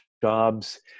jobs